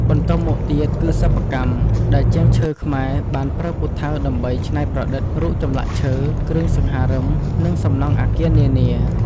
បន្ទាប់មកទៀតគីសិប្បកម្ម ដែលជាងឈើខ្មែរបានប្រើពូថៅដើម្បីច្នៃប្រឌិតរូបចម្លាក់ឈើ គ្រឿងសង្ហារិម និងសំណង់អគារនាៗ។